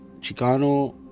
Chicano